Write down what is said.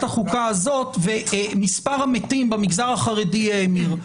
החוקה הזאת ומספר המתים במגזר החרדי האמיר.